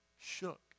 shook